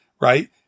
right